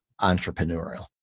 entrepreneurial